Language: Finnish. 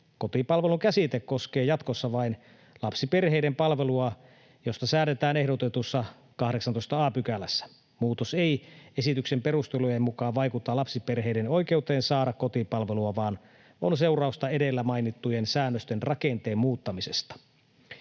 Kotipalvelun käsite koskee jatkossa vain lapsiperheiden palvelua, josta säädetään ehdotetussa 18 a §:ssä. Muutos ei esityksen perustelujen mukaan vaikuta lapsiperheiden oikeuteen saada kotipalvelua vaan on seurausta edellä mainittujen säännösten rakenteen muuttamisesta.